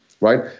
right